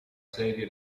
serie